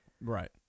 Right